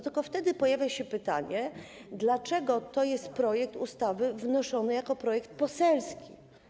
Tylko wtedy pojawia się pytanie, dlaczego projekt ustawy jest wnoszony jako projekt poselski.